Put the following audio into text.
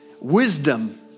Wisdom